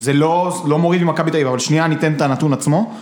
זה לא מוריד ממכבי תל אביב, אבל שנייה אני אתן את הנתון עצמו.